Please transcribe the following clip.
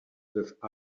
with